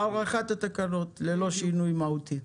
הארכת התקנות, ללא שינוי מהותי.